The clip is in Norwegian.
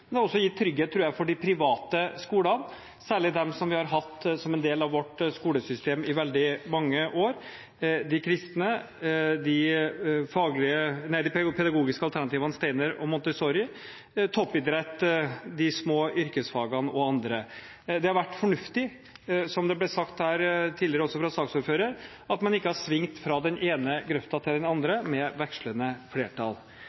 det har også gitt trygghet, tror jeg, for de private skolene, særlig dem vi har hatt som en del av vårt skolesystem i veldig mange år – de kristne, de pedagogiske alternativene Steiner og Montessori, toppidrett, de små yrkesfagene og andre. Det har vært fornuftig, som det også ble sagt tidligere her av saksordføreren, at man ikke har svingt fra den ene grøften til den andre med vekslende flertall.